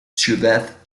ciudad